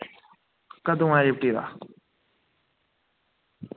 कदूं आए डिप्टी दा